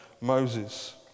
Moses